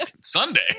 Sunday